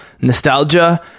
nostalgia